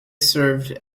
served